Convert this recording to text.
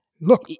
Look